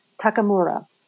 Takamura